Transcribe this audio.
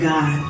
God